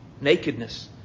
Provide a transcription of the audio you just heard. Nakedness